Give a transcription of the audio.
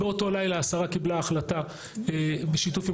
באותו לילה השרה קיבלה החלטה בשיתוף עם